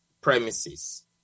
premises